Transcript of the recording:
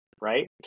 right